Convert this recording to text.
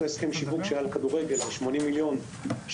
אותו הסכם שיווק שהיה לכדורגל על סך 80 מיליון שקל,